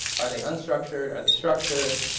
are they unstructured? are they structured?